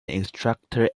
instructor